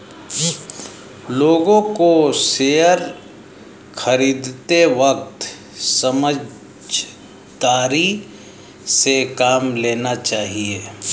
लोगों को शेयर खरीदते वक्त समझदारी से काम लेना चाहिए